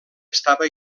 estava